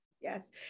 Yes